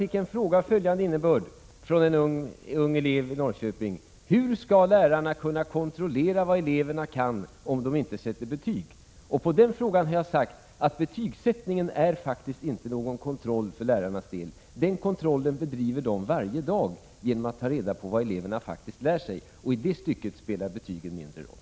Från en ung elev i Norrköping fick jag en fråga av följande innebörd: Hur skall lärarna kunna kontrollera vad eleverna kan om de inte sätter betyg? På den frågan har jag svarat att betygsättningen faktiskt inte är någon kontroll för lärarnas del. Den kontrollen bedriver de varje dag genom att ta reda på vad eleverna faktiskt lär sig, och i det stycket spelar betygen mindre roll.